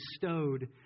bestowed